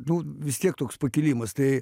nu vis tiek toks pakilimas tai